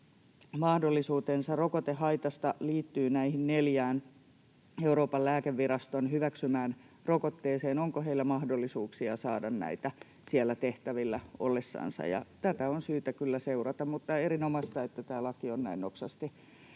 korvausmahdollisuutensa rokotehaitasta liittyvät näihin neljään Euroopan lääkeviraston hyväksymään rokotteeseen, niin onko heillä mahdollisuuksia saada näitä siellä tehtävillä ollessansa. Tätä on syytä kyllä seurata. Mutta on erinomaista, että tämä laki on näin nopsasti